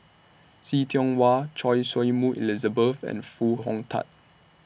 See Tiong Wah Choy Su Moi Elizabeth and Foo Hong Tatt